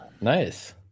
Nice